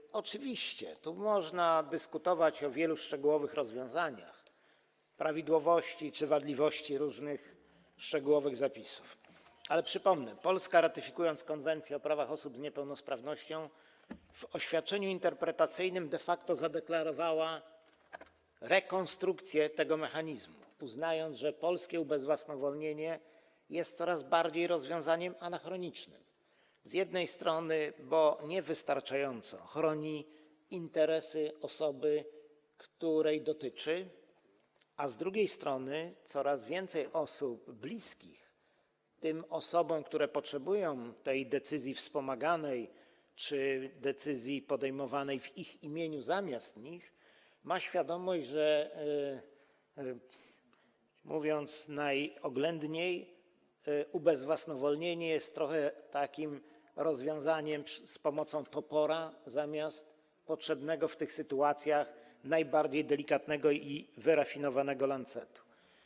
I oczywiście tu można dyskutować o wielu szczegółowych rozwiązaniach, prawidłowości czy wadliwości różnych szczegółowych zapisów, ale przypomnę: Polska, ratyfikując Konwencję o prawach osób niepełnosprawnych, w oświadczeniu interpretacyjnym de facto zadeklarowała rekonstrukcję tego mechanizmu, uznając, że polskie ubezwłasnowolnienie jest coraz bardziej rozwiązaniem anachronicznym, bo z jednej strony niewystarczająco chroni interesy osoby, której dotyczy, a z drugiej strony coraz więcej osób bliskich tym osobom, które potrzebują tej decyzji wspomaganej czy decyzji podejmowanej w ich imieniu zamiast nich, ma świadomość, że, mówiąc najoględniej, ubezwłasnowolnienie jest trochę takim rozwiązaniem z pomocą topora zamiast potrzebnego w tych sytuacjach najbardziej delikatnego i wyrafinowanego lancetu.